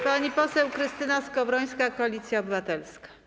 Pani poseł Krystyna Skowrońska, Koalicja Obywatelska.